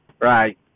right